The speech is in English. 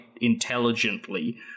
intelligently